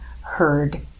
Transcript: heard